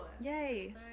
Yay